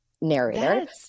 narrator